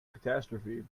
catastrophe